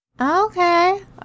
Okay